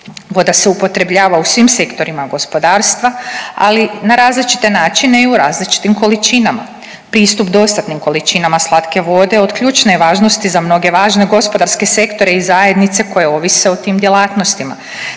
Voda se upotrebljava u svim sektorima gospodarstva, ali na različite načine i u različitim količinama. Pristup dostatnim količinama slatke vodama od ključne je važnosti za mnoge važne gospodarske sektore i zajednice koje ovise o tim djelatnostima,